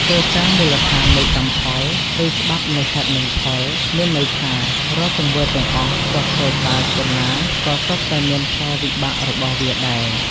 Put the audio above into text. គោលការណ៍មូលដ្ឋាននៃ កម្មផល ឬ ច្បាប់នៃហេតុនិងផល មានន័យថា រាល់ទង្វើទាំងអស់ ទោះតូចតាចប៉ុនណា ក៏សុទ្ធតែមានផលវិបាករបស់វាដែរ។